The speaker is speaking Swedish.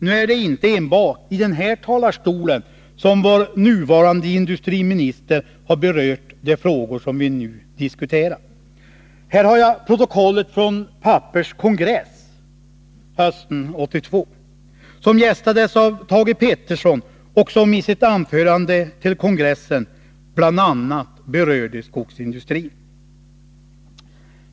Nu är det inte enbart i den här talarstolen som vår nuvarande industriminister har berört de frågor vi här diskuterar. Jag har här protokollet från Pappers kongress 1982, som gästades av Thage Peterson. I sitt anförande till kongressen berörde han bl.a. skogsindustrin.